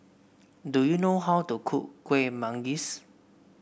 do you know how to cook Kueh Manggis